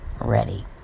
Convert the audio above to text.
ready